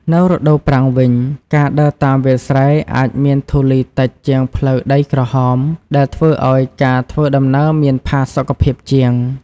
នៅរដូវប្រាំងវិញ ការដើរតាមវាលស្រែអាចមានធូលីតិចជាងផ្លូវដីក្រហម ដែលធ្វើឲ្យការធ្វើដំណើរមានផាសុកភាពជាង។